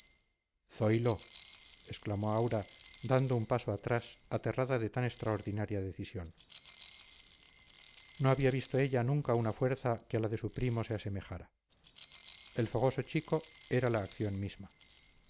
zoilo exclamó aura dando un paso atrás aterrada de tan extraordinaria decisión no había visto ella nunca una fuerza que a la de su primo se asemejara el fogoso chico era la acción misma